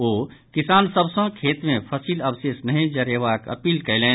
ओ किसान सभ सँ खेत मे फसिल अवशेष नहि जरेबाक अपील कयलनि